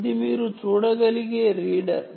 ఇది రీడర్